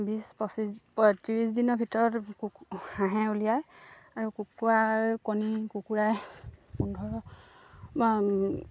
বিছ পঁচিছ ত্ৰিছ দিনৰ ভিতৰত হাঁহে উলিয়াই আৰু কুকুৰাই কণী কুকুৰাই পোন্ধৰ